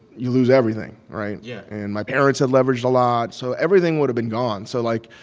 you lose everything, right? yeah and my parents had leveraged a lot. so everything would've been gone. so, like,